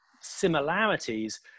similarities